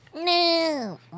No